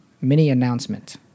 mini-announcement